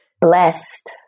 blessed